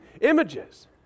images